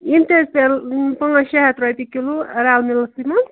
یم تہِ حظ پیٚن پانژھ شےٚ ہتھ رۄپیہ کلو رل ملسٕے مَنٛز